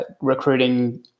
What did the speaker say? recruiting